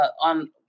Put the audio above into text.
on